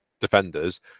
defenders